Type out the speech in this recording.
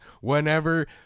whenever